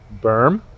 Berm